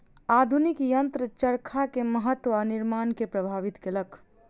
आधुनिक यंत्र चरखा के महत्त्व आ निर्माण के प्रभावित केलक